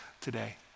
today